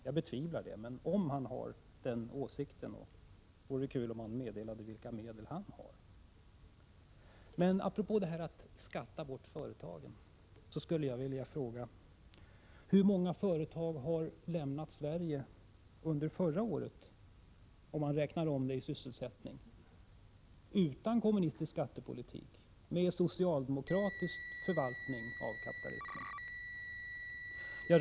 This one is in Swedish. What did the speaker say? Jag betvivlar det, men om han har en sådan önskan vore det kul om han meddelade vilka medel han har. Apropå detta att skatta bort företagen skulle jag vilja fråga: Hur många företag lämnade Sverige under förra året, om man räknar om det i sysselsättning, utan kommunistisk skattepolitik men med socialdemokratisk förvaltning av kapitalismen?